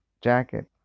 jacket